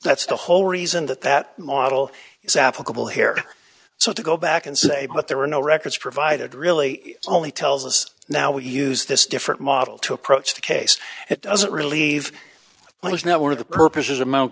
that's the whole reason that that model is applicable here so to go back and say but there were no records provided really only tells us now we use this different model to approach the case it doesn't relieve what is now one of the purposes